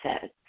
says